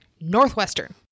northwestern